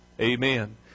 Amen